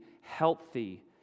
healthy